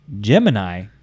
Gemini